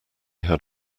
had